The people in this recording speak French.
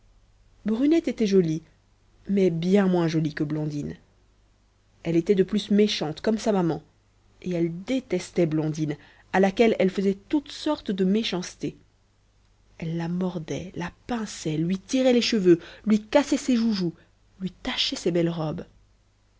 brunette était jolie mais bien moins jolie que blondine elle était de plus méchante comme sa maman et elle détestait blondine à laquelle elle faisait toutes sortes de méchancetés elle la mordait la pinçait lui tirait les cheveux lui cassait ses joujoux lui tachait ses belles robes